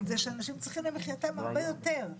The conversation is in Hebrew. זה שאנשים צריכים למחיתם הרבה יותר.